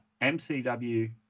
MCW